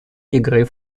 игры